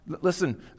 Listen